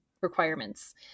requirements